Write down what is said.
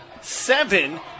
seven